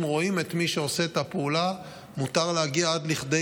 אם רואים את מי שעושה את הפעולה מותר להגיע עד כדי